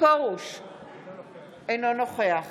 אינו נוכח